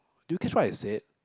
do you catch what I said